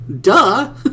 Duh